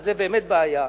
שזה באמת בעיה,